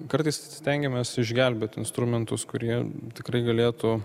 kartais stengiamės išgelbėt instrumentus kurie tikrai galėtų